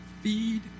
feed